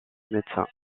médecin